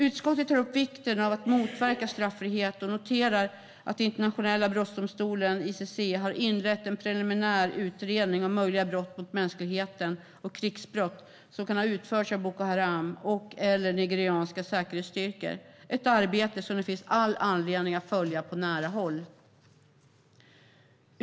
Utskottet tar upp vikten av att motverka straffrihet och noterar att Internationella brottmålsdomstolen, ICC, har inlett en preliminär utredning om möjliga brott mot mänskligheten och krigsbrott som kan ha utförts av Boko Haram eller nigerianska säkerhetsstyrkor. Det är ett arbete som det finns all anledning att följa på nära håll.